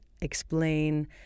explain